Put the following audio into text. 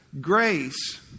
grace